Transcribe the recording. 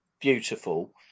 beautiful